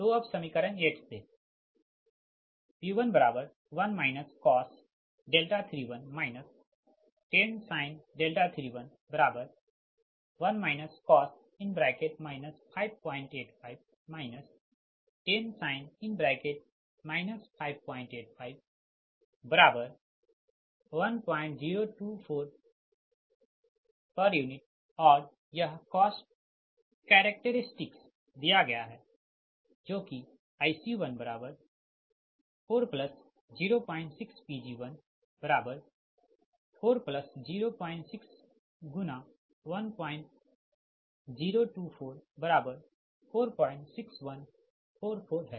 तोअब समीकरण 8 से P11 cos 31 10sin 31 1 cos 585 10sin 585 1024 pu और यह कॉस्ट कैरेक्टेरिस्टिक दिया गया है जो कि IC1406Pg1406×102446144 है